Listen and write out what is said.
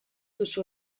duzu